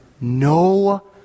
no